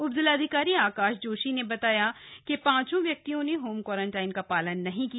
उप जिलाधिकारी आकाश जोशी ने बताया कि पांचों व्यक्तियों ने होम क्वारंटाइन का पालन नहीं किया